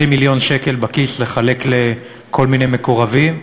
מיליון שקל בכיס לחלק לכל מיני מקורבים,